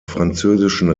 französischen